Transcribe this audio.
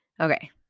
Okay